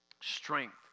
Strength